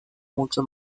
mucho